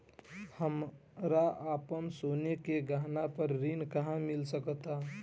हमरा अपन सोने के गहना पर ऋण कहां मिल सकता?